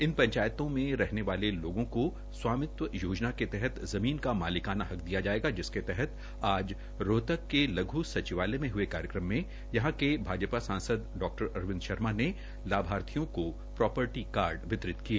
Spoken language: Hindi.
इन पंचायतों में रहने वाले लोगों को स्वामित्व योजना के तहत जमीन का मालिकाना हक दिया जाएगा जिसके तहत आज रोहतक के लघ् सचिवालय में हए कार्यक्रम में रोहतक से भाजपा सांसद डा अरविंद शर्मा ने लाभार्थियों को प्रोपर्टी कार्ड वितरित किए